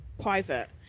private